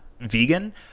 vegan